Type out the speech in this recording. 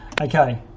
Okay